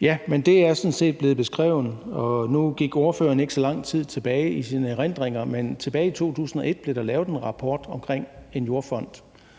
Ja, men det er sådan set blevet beskrevet, og nu gik ordføreren ikke så lang tid tilbage i sine erindringer, men tilbage i 2001 blev der lavet en rapport omkring en jordfond.